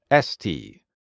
ST